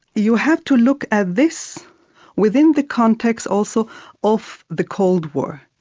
you have to look at this within the context also of the cold war.